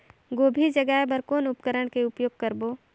गोभी जगाय बर कौन उपकरण के उपयोग करबो?